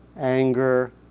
anger